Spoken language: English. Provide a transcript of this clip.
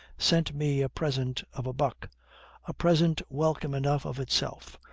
sent me a present of a buck a present welcome enough of itself,